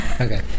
Okay